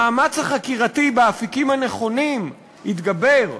המאמץ החקירתי באפיקים הנכונים יתגבר,